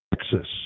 Texas